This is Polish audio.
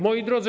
Moi Drodzy!